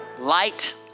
light